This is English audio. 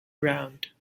round